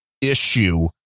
issue